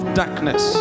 darkness